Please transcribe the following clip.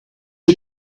you